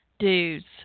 dudes